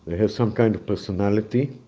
have some kind of personality,